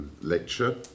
lecture